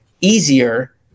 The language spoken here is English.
easier